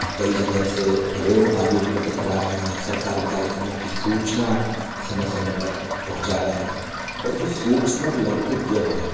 कई जगह से ऋण आदि उपलब्ध करा रहे हैं सरकारी कार्यक्रमों की सूचना समय समय पर पहुंचा रहे हैं और जो सूक्ष्म और लघु उद्यम हैं